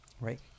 Right